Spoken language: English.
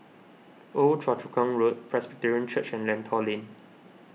Old Choa Chu Kang Road Presbyterian Church and Lentor Lane